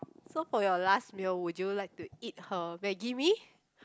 so for your last meal would you like to eat her Maggi mee